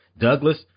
Douglas